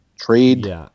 trade